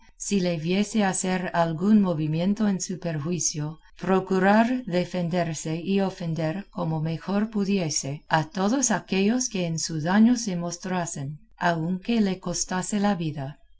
si le viese hacer algún movimiento en su perjuicio procurar defenderse y ofender como mejor pudiese a todos aquellos que en su daño se mostrasen aunque le costase la vida